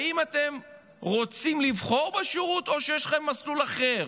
האם אתם רוצים לבחור בשירות או שיש לכם מסלול אחר?